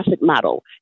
model